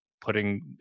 putting